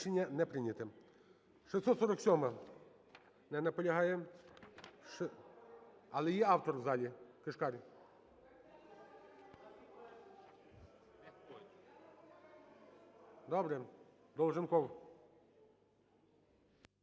Рішення не прийнято.